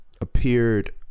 appeared